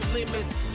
limits